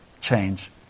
change